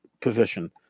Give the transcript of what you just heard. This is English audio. position